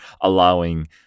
allowing